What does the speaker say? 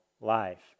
life